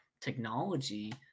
technology